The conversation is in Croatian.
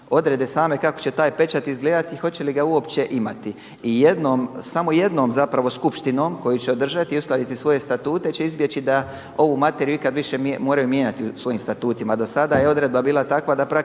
odrede same kako će taj pečat izgledati i hoće li ga uopće imati. I jednom, samo jednom zapravo skupštinom koju će održati i uskladiti svoje statute će izbjeći da ovu materiju ikada više moraju mijenjati u svojim statutima a do sada je odredba bila takva da praktički